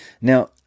Now